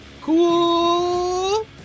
Cool